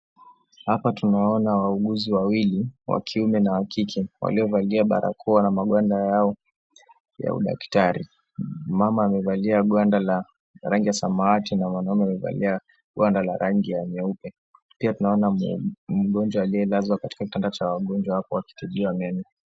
Hapa tunaona wauguzi wawili wa kiume na wa kike waliovalia barakoa na magwanda yao ya udaktari. Mama amevalia gwanda la rangi ya samawati na mwanamme amevaa gwanda la rangi nyeupe. Pia tunaona mgonjwa aliyelazwa katika kitanda cha wagonjwa hapo akitibiwa meno.